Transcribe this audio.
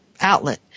outlet